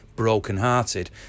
Brokenhearted